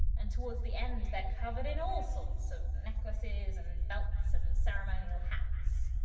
and towards the end they're covered in all sorts of necklaces and belts and ceremonial hats.